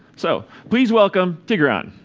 so please welcome tigran.